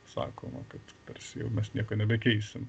sakoma kad tarsi jau mes nieko nepakeisim